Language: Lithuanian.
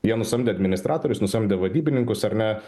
jie nusamdė administratorius nusamdė vadybininkus ar ne